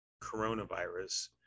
coronavirus